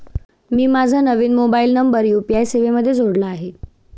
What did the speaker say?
मी माझा नवीन mobile number UPI सेवेमध्ये जोडला आहे